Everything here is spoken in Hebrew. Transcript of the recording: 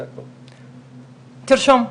תרשום,